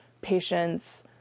patients